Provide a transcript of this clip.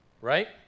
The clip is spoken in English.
right